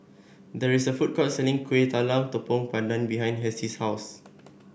there is a food court selling Kueh Talam Tepong Pandan behind Hessie's house